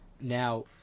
Now